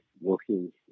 working